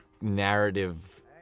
narrative